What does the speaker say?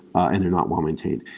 and they're not well-maintained